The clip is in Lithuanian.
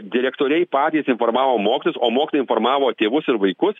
direktoriai patys informavo mokytojus o mokytojai informavo tėvus ir vaikus